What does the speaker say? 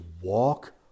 walk